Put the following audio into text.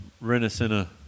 renaissance